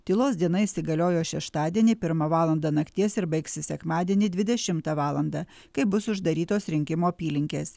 tylos diena įsigaliojo šeštadienį pirmą valandą nakties ir baigsis sekmadienį dvidešimtą valandą kai bus uždarytos rinkimų apylinkės